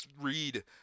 read